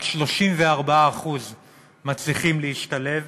רק 34% מצליחים להשתלב,